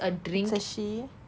it's a she